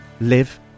live